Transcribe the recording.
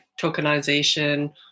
tokenization